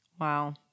Wow